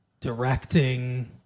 directing